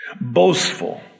boastful